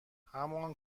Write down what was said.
همان